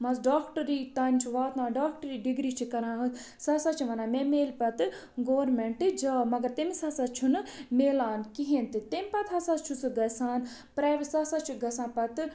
مان ژٕ ڈاکٹری تام چھِ واتنان ڈاکٹری ڈِگری چھِ کَرانَن سُہ ہَسا چھِ وَنان مےٚ مِلہِ پَتہٕ گورمٮ۪نٛٹ جاب مگر تٔمِس ہَسا چھُنہٕ مِلان کِہیٖنۍ تہِ تَمہِ پَتہٕ ہَسا چھُ سُہ گَژھان سُہ ہَسا چھِ گژھان پَتہٕ